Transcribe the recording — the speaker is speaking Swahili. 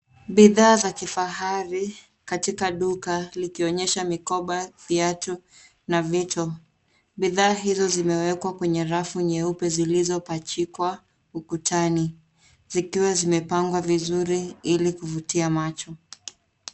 Bidha za kifahari, katika duka likionyesha mikoba, viatu na vitu. Bidha hizo zimewekwa kwenye rafu nyeupe zilizo pachikwa ukutani. Zikiwa zimepangwa vizuri ili kuvutia macho.